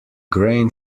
grain